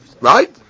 Right